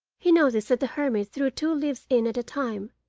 he noticed that the hermit threw two leaves in at a time,